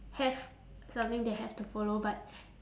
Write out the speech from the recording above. have something they have to follow but